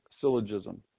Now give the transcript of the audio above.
syllogism